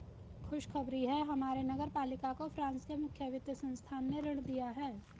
खुशखबरी है हमारे नगर पालिका को फ्रांस के मुख्य वित्त संस्थान ने ऋण दिया है